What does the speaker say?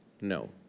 No